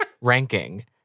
ranking